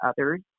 others